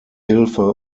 hilfe